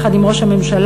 יחד עם ראש הממשלה,